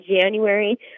January